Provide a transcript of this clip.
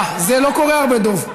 אה, זה לא קורה הרבה, דב.